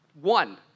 One